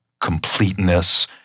completeness